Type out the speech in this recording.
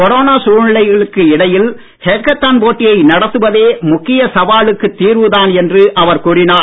corona சூழ்நிலைக்கு இடையில் hackathon போட்டியை நடத்துவதே முக்கிய சவாலுக்கு தீர்வு தான் என்று அவர் கூறினார்